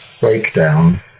breakdown